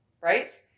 right